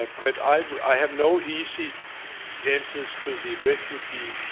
ah but i have no easy answers to the refugee